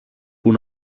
που